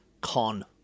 con